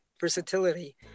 versatility